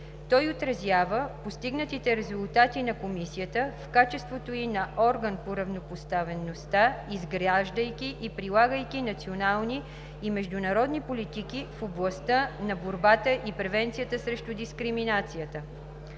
Той отразява постигнатите резултати на Комисията в качеството ѝ на орган по равнопоставеността, изграждайки и прилагайки национални и международни политики в областта на борбата и превенцията срещу дискриминацията.